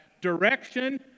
Direction